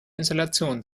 installation